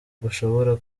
gushobora